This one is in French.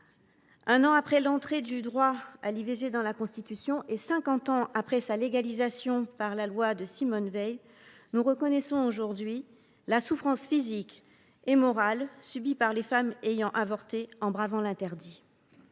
un an après l’entrée du droit à l’IVG dans la Constitution et cinquante ans après sa légalisation par la loi Veil, nous reconnaissons aujourd’hui la souffrance physique et morale subie par les femmes ayant avorté en bravant l’interdit.